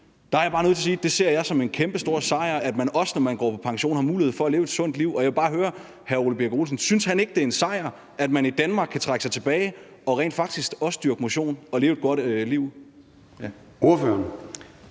Der er jeg bare nødt til at sige, at jeg ser det som en kæmpestor sejr, at man, også når man går på pension, har en mulighed for at leve et sundt liv. Jeg vil bare høre hr. Ole Birk Olesen, om han ikke synes, det er en sejr, at man i Danmark kan trække sig tilbage og rent faktisk også kan dyrke motion og leve et godt liv.